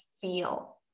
feel